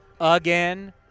again